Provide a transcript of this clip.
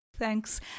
Thanks